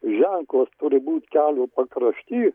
ženklas turi būt kelių pakrašty